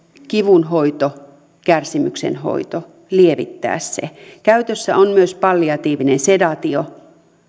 kivun hoito kärsimyksen hoito lievittää se käytössä on myös palliatiivinen sedaatio